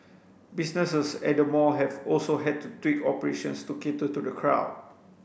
businesses at the mall have also had to tweak operations to cater to the crowd